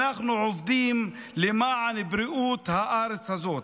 אנחנו עובדים למען בריאות הארץ הזאת.